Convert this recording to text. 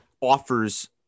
offers –